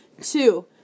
Two